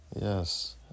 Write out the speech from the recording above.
Yes